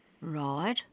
Right